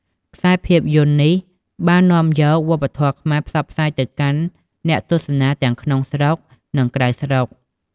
ខ្សែរភាពយន្តនេះបាននាំយក វប្បធម៌ខ្មែរផ្សព្វផ្សាយទៅកាន់អ្នកទស្សនាទាំងក្នុងស្រុក និងក្រៅស្រុក ។